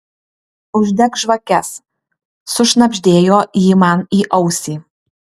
uždek žvakes sušnabždėjo ji man į ausį